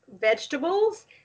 vegetables